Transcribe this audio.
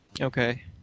Okay